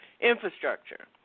infrastructure